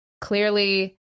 clearly